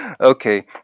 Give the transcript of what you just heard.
Okay